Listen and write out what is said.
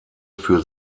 für